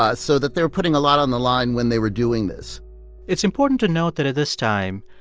ah so that they were putting a lot on the line when they were doing this it's important to note that at this time,